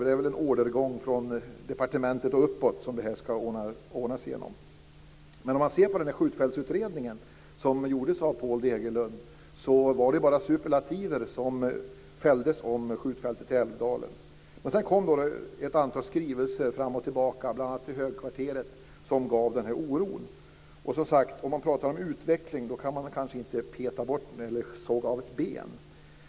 Det är väl en ordergång från departementet och uppåt som det här ska ordnas genom. Om man ser på den skjutfältsutredning som gjordes av Paul Degerlund finner man att det bara var superlativer som fälldes om skjutfältet i Älvdalen. Men sedan kom ett antal skrivelser fram och tillbaka, bl.a. till Högkvarteret, som gav den här oron. Om man som sagt pratar om utveckling kan man kanske inte såga av ett ben.